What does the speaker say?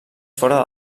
fora